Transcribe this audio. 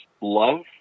love